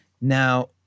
Now